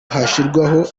hashyirwaho